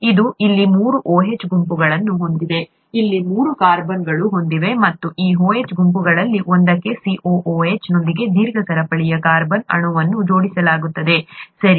ಇದು ಇಲ್ಲಿ ಮೂರು OH ಗುಂಪುಗಳನ್ನು ಹೊಂದಿದೆ ಇಲ್ಲಿ ಮೂರು ಕಾರ್ಬನ್ಗಳನ್ನು ಹೊಂದಿದೆ ಮತ್ತು ಈ OH ಗುಂಪುಗಳಲ್ಲಿ ಒಂದಕ್ಕೆ COOH ನೊಂದಿಗೆ ದೀರ್ಘ ಸರಪಳಿಯ ಕಾರ್ಬನ್ ಅಣುವನ್ನು ಜೋಡಿಸಲಾಗುತ್ತದೆ ಸರಿ